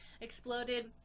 exploded